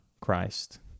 Christ